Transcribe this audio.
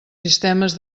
sistemes